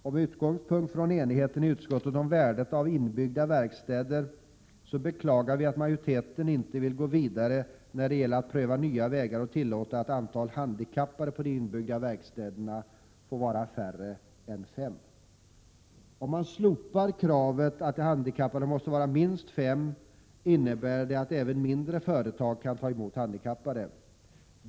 Med utgångspunkt i enigheten i utskottet om värdet av inbyggda verkstäder beklagar vi att majoriteten inte vill gå vidare när det gäller att pröva nya vägar och tillåta att antalet handikappade på de inbyggda verkstäderna blir färre än fem. Om man slopar kravet att de handikappade måste vara minst fem, innebär det att även mindre företag kan ta emot handikappade.